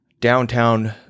Downtown